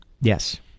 Yes